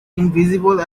invisible